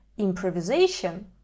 improvisation